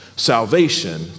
Salvation